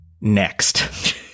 next